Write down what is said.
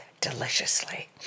deliciously